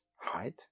height